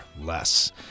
less